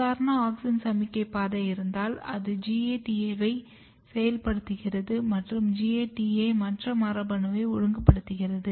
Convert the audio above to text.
சாதாரண ஆக்ஸின் சமிக்ஞை பாதை இருந்தால் அது GATA வை செயல்படுத்துகிறது மற்றும் GATA மற்ற மரபணுவை ஒழுங்குபடுத்துகிறது